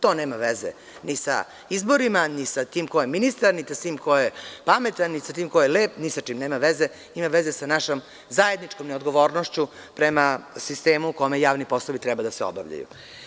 To nema veza ni sa izborima, ni sa tim ko je ministar, ni sa tim ko je pametan, ni sa tim ko je lep, ni sa čim nema veze, ima veze sa našom zajedničkom neodgovornošću prema sistemu u kome javni poslovi treba da se obavljaju.